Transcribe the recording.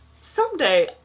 Someday